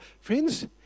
Friends